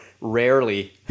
rarely